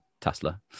Tesla